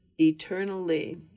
eternally